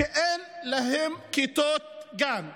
אין להם כיתות גן.